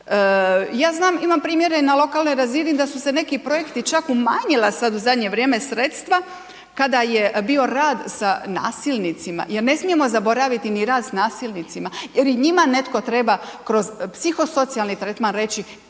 Ja znam, imam primjere i na lokalnoj razini da su se neki projekti čak umanjila sad u zadnje vrijeme sredstava kada je bio rad sa nasilnicima jer ne smijemo zaboraviti ni rad s nasilnicima jer i njima netko treba kroz psihosocijalni tretman reći